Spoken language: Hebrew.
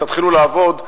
תתחילו לעבוד,